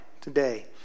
today